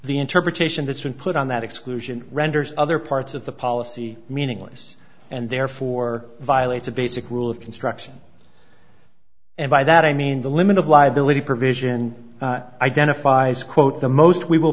the interpretation that's been put on that exclusion renders other parts of the policy meaningless and therefore violates a basic rule of construction and by that i mean the limit of liability provision identifies quote the most we will